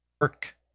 work